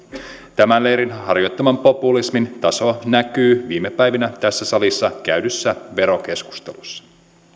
tämän leirin harjoittaman populismin taso näkyy viime päivinä tässä salissa käydyssä verokeskustelussa